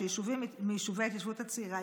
שהם יישובים מיישובי ההתיישבות הצעירה,